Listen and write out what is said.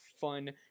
fun